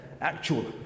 actual